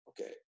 okay